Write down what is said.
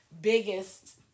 biggest